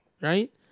right